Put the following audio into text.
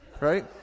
Right